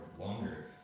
longer